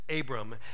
Abram